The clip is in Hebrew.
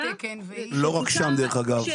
לא רק שם, דרך אגב.